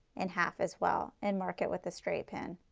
in half as well and mark it with a straight pin.